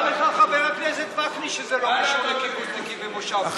אמר לך חבר הכנסת וקנין שזה לא קשור לקיבוצניקים ומושבניקים.